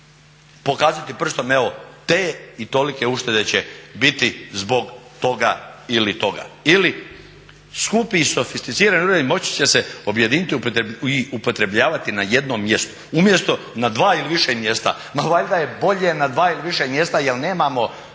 pokazati prstom evo te i tolike uštede će biti zbog toga ili toga. Ili, skupi i sofisticirani … moći će se objediniti i upotrebljavati na jednom mjestu umjesto na dva ili više mjesta. Ma valjda je bolje na dva ili više mjesta jer nemamo